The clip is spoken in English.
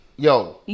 Yo